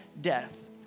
death